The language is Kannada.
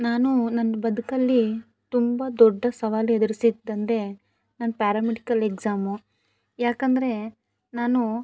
ನಾನು ನನ್ನ ಬದುಕಲ್ಲಿ ತುಂಬ ದೊಡ್ಡ ಸವಾಲು ಎದುರ್ಸಿದ್ದು ಅಂದರೆ ನನ್ನ ಪ್ಯಾರಾಮೆಡಿಕಲ್ ಎಕ್ಸಾಮು ಯಾಕಂದರೆ ನಾನು